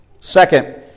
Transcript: Second